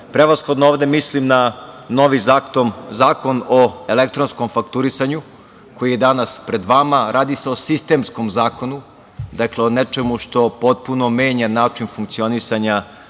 Prevashodno, ovde mislim na novi zakon o elektronskom fakturisanju koji je danas pred vama. Radi se o sistemskom zakonu, dakle o nečemu što potpuno menja način funkcionisanja naše